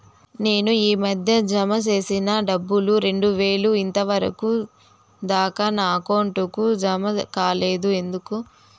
నేను ఈ మధ్య జామ సేసిన డబ్బులు రెండు వేలు ఇంతవరకు దాకా నా అకౌంట్ కు జామ కాలేదు ఎందుకు?